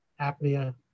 apnea